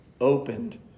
opened